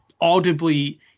audibly